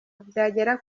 byagera